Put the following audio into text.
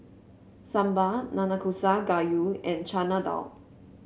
Sambar Nanakusa Gayu and Chana Dal